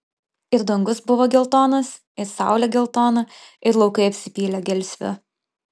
ir dangus buvo geltonas ir saulė geltona ir laukai apsipylė gelsviu